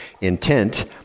intent